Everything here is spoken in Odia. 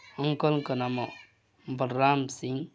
ଅଙ୍କଲ୍ଙ୍କ ନାମ ବଳରାମ ସିଂ